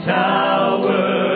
tower